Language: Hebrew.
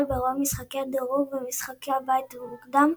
ברוב משחקי הדירוג ומשחקי הבית המוקדם,